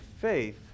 faith